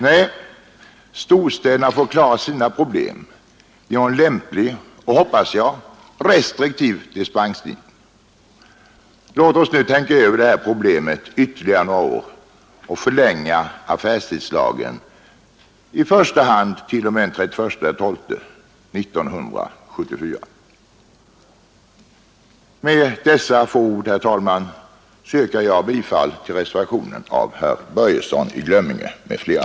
Nej, storstäderna får klara sina problem genom lämplig — och hoppas jag — restriktiv dispensgivning. Låt oss tänka över detta problem ytterligare några år och förlänga affärstidslagen i första hand t.o.m. den 31 december 1974. Med dessa få ord, herr talman, yrkar jag bifall till reservationen av herr Börjesson i Glömminge m.fl.